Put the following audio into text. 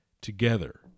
together